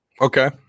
Okay